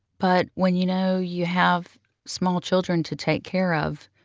but when you know you have small children to take care of,